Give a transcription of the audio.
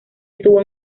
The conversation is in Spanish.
estuvo